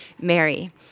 Mary